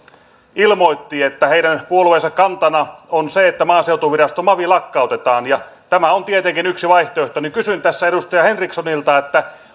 ilmoitti että heidän puolueensa kantana on se että maaseutuvirasto mavi lakkautetaan ja tämä on tietenkin yksi vaihtoehto kysyn tässä edustaja henrikssonilta